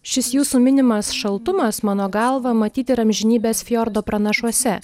šis jūsų minimas šaltumas mano galva matyt yra amžinybės fjordo pranašuose